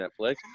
Netflix